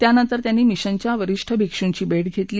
त्यानंतर त्यांनी मिशनच्या वरिष्ठ भिक्षूंची भेट घेतली